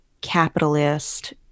capitalist